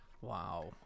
Wow